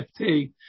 FT